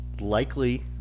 Likely